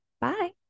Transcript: Bye